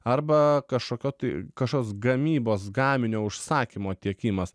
arba kažkokio tai kažkokios gamybos gaminio užsakymo tiekimas